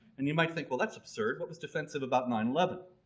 and you might think well that's absurd. what was defensive about nine eleven?